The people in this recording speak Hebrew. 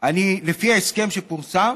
לפי ההסכם שפורסם